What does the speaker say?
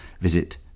Visit